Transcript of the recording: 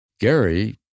Gary